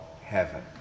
heaven